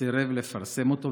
סירב לפרסם אותו,